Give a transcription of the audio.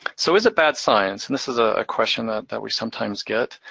so is it bad science? and this is a question that that we sometimes get.